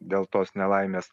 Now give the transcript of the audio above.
dėl tos nelaimės